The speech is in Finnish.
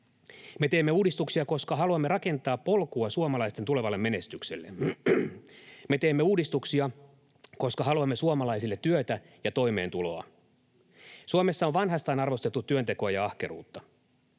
Me teemme uudistuksia, koska haluamme rakentaa polkua suomalaisten tulevalle menestykselle. Me teemme uudistuksia, koska haluamme suomalaisille työtä ja toimeentuloa. Suomessa on vanhastaan arvostettu työntekoa ja ahkeruutta.